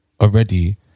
already